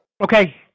Okay